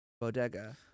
bodega